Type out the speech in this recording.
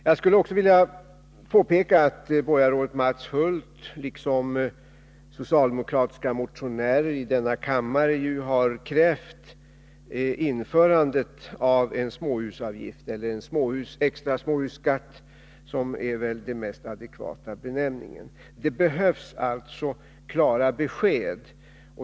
Jag skulle också vilja påpeka att borgarrådet Mats Hulth liksom socialdemokratiska motionärer i denna kammare har krävt införandet av en småhusavgift, eller en extra småhusskatt, som väl är den mest adekvata benämningen. Det behövs alltså klara besked.